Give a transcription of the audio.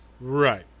Right